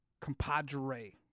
Compadre